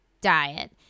diet